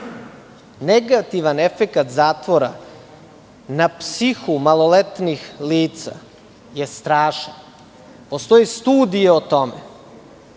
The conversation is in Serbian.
Negativan efekat zatvora na psihu maloletnih lica je strašan. Postoje studije o tome.